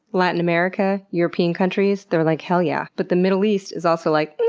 latin america, european countries? they're like, hell yeah. but the middle east is also like,